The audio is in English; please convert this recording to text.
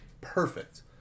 perfect